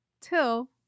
till